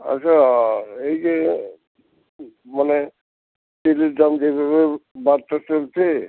আচ্ছা এই যে মানে তেলের দাম যেভাবে বাড়তে চলছে